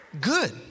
good